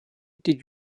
die